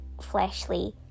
fleshly